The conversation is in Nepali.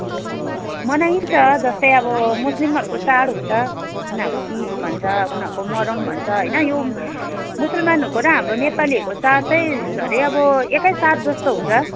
हजुर मनाइन्छ जस्तो अब मुस्लिमहरूको चाड हुन्छ उनीहरूको इद भन्छ उनीहरूको मोहरम भन्छ होइन यो मुसुलमानहरूको र हाम्रो नेपालीहरूको चाड चाहिँ झन् अब एक साथ जस्तो हुन्छ